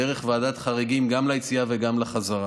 דרך ועדת חריגים, גם ליציאה וגם לחזרה.